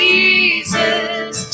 Jesus